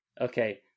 Okay